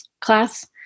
class